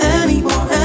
anymore